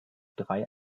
drei